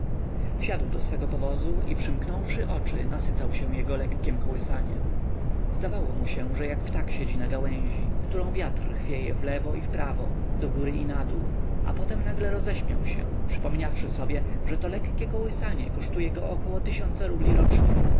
wsiadł do swego powozu i przymknąwszy oczy nasycał się jego lekkiem kołysaniem zdawało mu się że jak ptak siedzi na gałęzi którą wiatr chwieje wprawo i wlewo dogóry i nadół a potem nagle roześmiał się przypomniawszy sobie że to lekkie kołysanie kosztuje go około tysiąca rubli rocznie